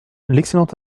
l’excellent